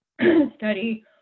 study